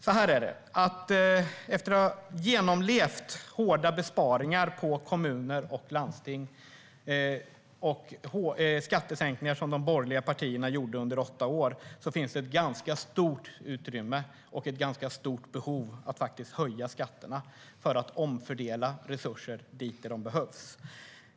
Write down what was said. Så här är det: Efter hårda besparingar på kommuner och landsting och efter de skattesänkningar som de borgerliga partierna genomförde under åtta år finns det ett ganska stort utrymme för, och behov av, att höja skatterna för att omfördela resurser dit de behövs.